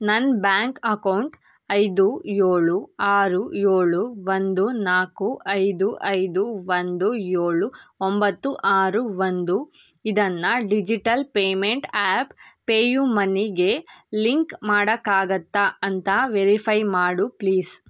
ನನ್ನ bank account ಐದು ಏಳು ಆರು ಏಳು ಒಂದು ನಾಲ್ಕು ಐದು ಐದು ಒಂದು ಏಳು ಒಂಬತ್ತು ಆರು ಒಂದು ಇದನ್ನು ಡಿಜಿಟಲ್ ಪೇಮೆಂಟ್ ಆ್ಯಪ್ ಪೇಯು ಮನಿಗೆ ಲಿಂಕ್ ಮಾಡೋಕ್ಕಾಗತ್ತಾ ಅಂತ ವೆರಿಫೈ ಮಾಡು ಪ್ಲೀಸ್